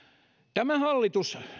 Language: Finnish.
tämä hallitus